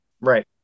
Right